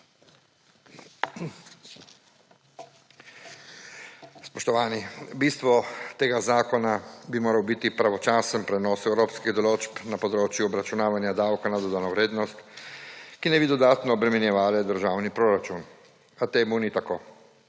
Spoštovani. Bistvo tega zakona bi moral biti pravočasen prenos evropskih določb na področju obračunavanja davka na dodano vrednost, ki naj bi dodatno obremenjevale državni proračun, a temu ni tako.